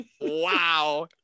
Wow